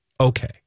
Okay